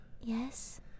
Yes